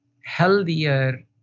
healthier